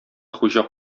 хуҗа